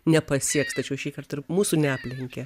nepasieks tačiau šįkart ir mūsų neaplenkė